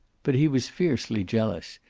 but he was fiercely jealous,